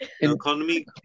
Economy